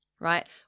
right